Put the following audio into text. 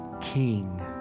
King